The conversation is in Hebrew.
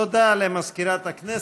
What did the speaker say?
תודה למזכירת הכנסת.